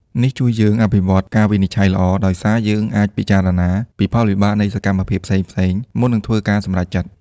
នេះជួយយើង អភិវឌ្ឍការវិនិច្ឆ័យល្អ ដោយសារយើងអាចពិចារណាពីផលវិបាកនៃសកម្មភាពផ្សេងៗមុននឹងធ្វើការសម្រេចចិត្ត។